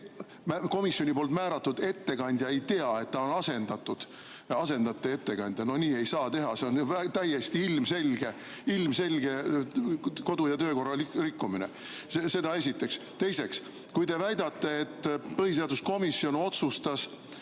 komisjoni määratud ettekandja ei tea, et ta on asendatud. No nii ei saa teha, see on täiesti ilmselge kodu- ja töökorra rikkumine. Seda esiteks. Teiseks, kui te väidate, et põhiseaduskomisjon otsustas